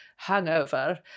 hangover